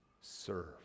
serve